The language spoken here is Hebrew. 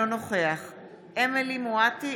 אינו נוכח אמילי חיה מואטי,